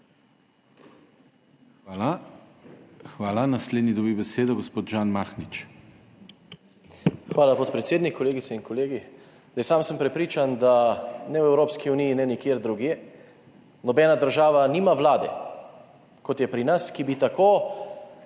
Hvala. Naslednji dobi besedo gospod Žan Mahnič. **ŽAN MAHNIČ (PS SDS):** Hvala, podpredsednik. Kolegice in kolegi! Sam sem prepričan, da ne v Evropski uniji ne nikjer drugje nobena država nima vlade, kot je pri nas, ki bi tako